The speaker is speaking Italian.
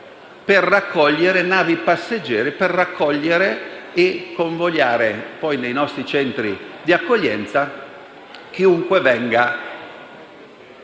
fungono da navi passeggeri per raccogliere e convogliare nei nostri centri d'accoglienza chiunque venga